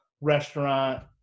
restaurant